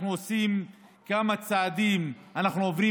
אנחנו עושים כמה צעדים, אנחנו עוברים